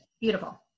Beautiful